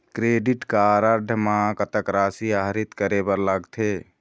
Credit card म कतक राशि आहरित करे बर लगथे?